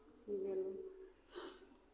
C देलहुँ